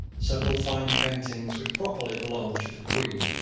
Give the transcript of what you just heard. several fine paintings, which properly belonged to the queen,